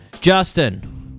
Justin